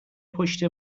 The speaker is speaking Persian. پشت